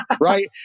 right